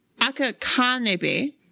Akakanebe